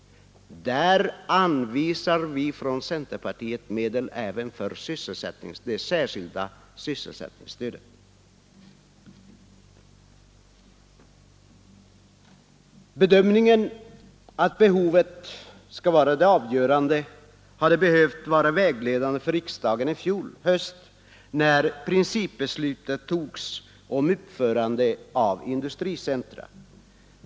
Där anvisar vi från centerpartiet medel även för det särskilda sysselsättningsstödet. Bedömningen att behovet skall vara det avgörande hade behövt vara vägledande för riksdagen i fjol höst, när principbeslutet om uppförande av industricentra fattades.